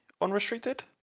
Unrestricted